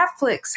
Netflix